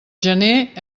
gener